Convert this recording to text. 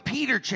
Peter